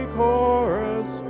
chorus